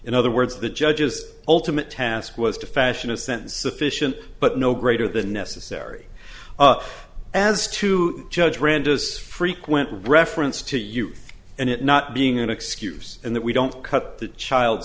in other words the judge's ultimate task was to fashion a sentence sufficient but no greater than necessary up as to judge renders frequent reference to you and it not being an excuse and that we don't cut the child